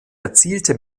erzielte